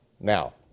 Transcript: now